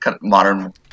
modern